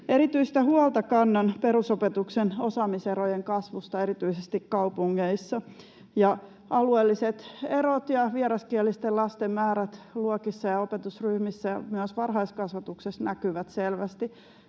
Erityistä huolta kannan perusopetuksen osaamiserojen kasvusta erityisesti kaupungeissa. Alueelliset erot ja vieraskielisten lasten määrät luokissa ja opetusryhmissä myös varhaiskasvatuksessa näkyvät selvästi.